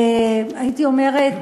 הייתי אומרת,